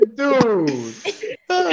dude